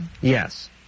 Yes